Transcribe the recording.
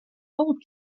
old